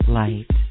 light